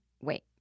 wait